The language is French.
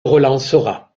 relancera